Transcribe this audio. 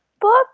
book